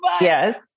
yes